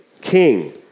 king